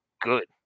good